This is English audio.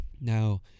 now